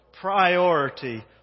priority